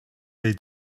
they